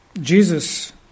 Jesus